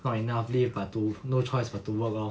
not enough leave but to no choice but to work lor